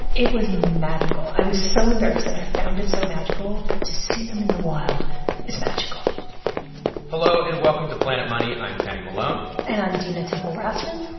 it was magical. i was so embarrassed that i found it so magical. but to see them in the wild is magical hello, and welcome to planet money. i'm kenny malone and i'm dina temple-raston.